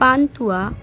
pantua